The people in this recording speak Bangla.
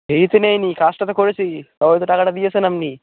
ফ্রিতে নিইনি কাজটা তো করেছি তবে তো টাকাটা দিয়েছেন আপনি